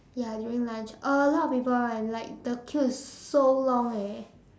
ya during lunch a lot of people [one] like the queue is so long eh